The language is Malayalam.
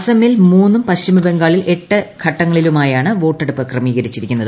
അസമിൽ മൂന്നും പശ്ചിമബംഗാളിൽ എട്ട് ഘട്ടങ്ങളിലുമായാണ് വോട്ടെടുപ്പ് ക്രമീകരിച്ചിരിക്കുന്നത്